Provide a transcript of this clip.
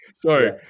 Sorry